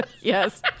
Yes